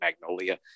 Magnolia